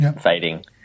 fading